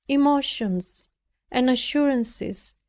emotions and assurances,